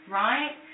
right